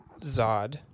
Zod